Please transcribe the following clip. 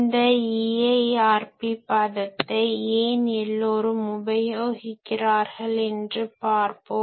இந்த EIRP பதத்தை ஏன் எல்லோரும் உபயோகிக்கிறார்கள் என்று பார்ப்போம்